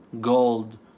gold